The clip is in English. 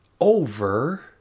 over